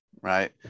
right